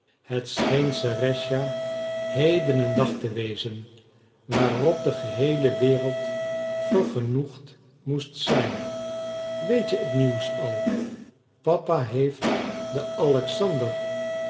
het scheen serëscha heden een dag te wezen waarop de geheele wereld vergenoegd moest zijn weet je het nieuws al papa heeft de